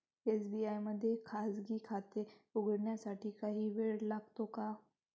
SBI मध्ये खाजगी खाते उघडण्यासाठी काही वेळ लागतो का?